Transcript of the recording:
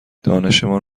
دانشمان